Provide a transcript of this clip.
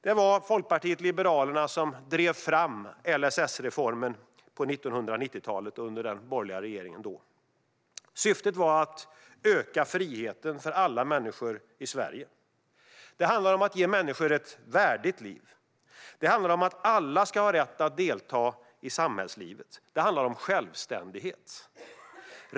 Det var Folkpartiet liberalerna som drev fram LSS-reformen på 1990-talet under den dåvarande borgerliga regeringen. Syftet var att öka friheten för alla människor i Sverige. Det handlar om att ge människor ett värdigt liv och att alla ska har rätt att delta i samhällslivet. Det handlar om självständighet.